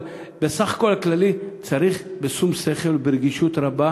אבל בסך הכול הכללי צריך בשום שכל וברגישות רבה,